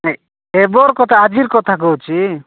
ନାଇଁ ଏବର କଥା ଆଜିର କଥା କହୁଛିି